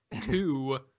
Two